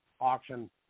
auction